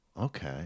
okay